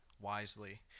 wisely